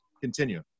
continue